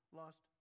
lost